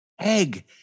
Egg